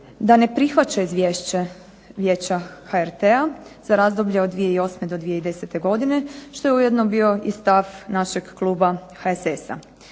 da ne prihvaća izvješće Vijeća HRT-a za razdoblje od 2008. do 2010. godine što je ujedno bio i stav našeg kluba HSS-a.